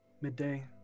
midday